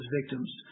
victims